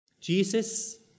Jesus